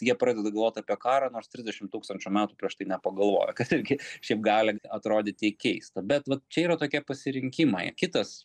jie pradeda galvot apie karą nors trisdešim tūkstančių metų prieš tai nepagalvojo kas irgi šiaip gali atrodyti keista bet vat čia yra tokie pasirinkimai kitas